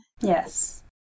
Yes